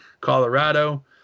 Colorado